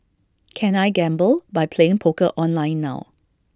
can I gamble by playing poker online now